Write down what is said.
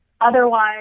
Otherwise